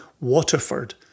Waterford